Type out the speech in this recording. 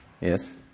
Yes